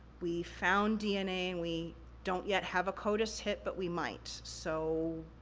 we found dna, and we don't yet have a codis hit, but we might, so.